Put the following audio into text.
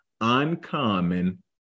uncommon